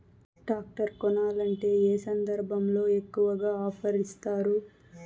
Tractor కొనాలంటే ఏ సందర్భంలో ఎక్కువగా ఆఫర్ ఇస్తారు?